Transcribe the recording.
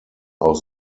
auch